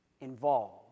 involved